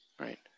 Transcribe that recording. right